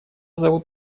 зовут